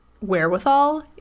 wherewithal